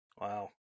Wow